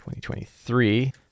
2023